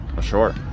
Sure